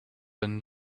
and